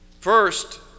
First